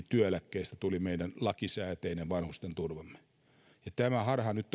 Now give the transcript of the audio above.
työeläkkeestä tuli meidän lakisääteinen vanhusten turvamme tämä harha on nyt